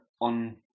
on